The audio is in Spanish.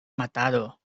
matado